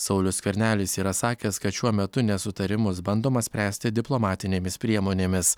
saulius skvernelis yra sakęs kad šiuo metu nesutarimus bandoma spręsti diplomatinėmis priemonėmis